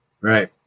Right